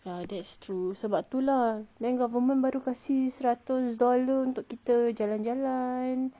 ya that's true so sebab tu lah then government baru kasih seratus dolar untuk kita jalan-jalan